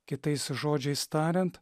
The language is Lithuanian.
kitais žodžiais tariant